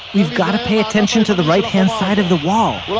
we've got to pay attention to the right hand side of the wall.